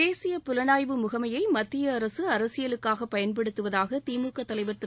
தேசிய புலனாய்வு முகமையைமத்தியஅரசியலுக்காகபயன்படுத்துவதாகதிமுகதலைவர் திரு